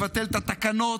נבטל את התקנות,